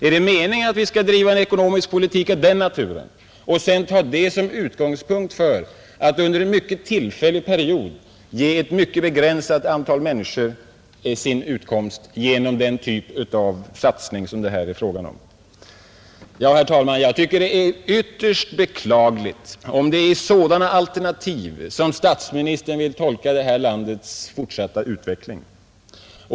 Är det meningen att vi skall driva en ekonomisk politik av den naturen och sedan ta den som utgångspunkt för att under en mycket tillfällig period ge ett synnerligen begränsat antal människor deras utkomst genom den typ av satsning som det här är fråga om? Herr talman! Jag tycker det är beklagligt om det är i sådana alternativ som statsministern vill tolka det här landets fortsatta utveckling.